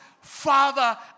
father